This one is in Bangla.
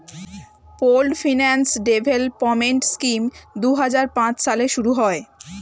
পোল্ড ফিন্যান্স ডেভেলপমেন্ট স্কিম দুই হাজার পাঁচ সালে শুরু হয়